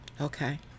Okay